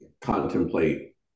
contemplate